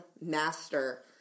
master